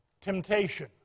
temptation